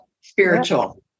spiritual